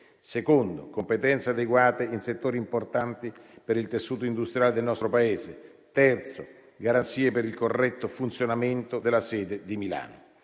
luogo, competenze adeguate in settori importanti per il tessuto industriale del nostro Paese; in terzo luogo, garanzie per il corretto funzionamento della sede di Milano.